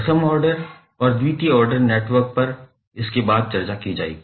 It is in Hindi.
प्रथम ऑर्डर और द्वितीय ऑर्डर नेटवर्क पर उसके बाद चर्चा की जाएगी